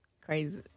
crazy